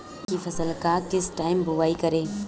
मटर की फसल का किस टाइम बुवाई करें?